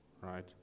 right